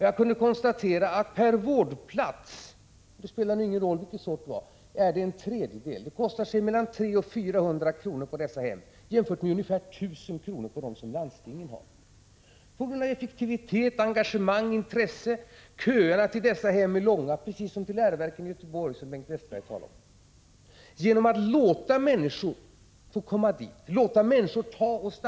Jag kunde konstatera att kostnaden är en tredjedel per vårdplats på dessa vårdhem jämfört med kostnaden på landstingets vårdhem. Det kostar 300-400 kr. på dessa hem jämfört med ungefär 1 000 kr. på dem som landstinget har, på grund av effektivitet, engagemang och intresse. Köerna till dessa hem är långa, precis som till gymnasierna i Göteborg, som Bengt Westerberg talade om. Genom att låta människor få komma dit och genom att låta människor starta sådana — Prot.